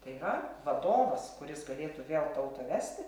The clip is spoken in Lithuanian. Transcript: tai yra vadovas kuris galėtų vėl tautą vesti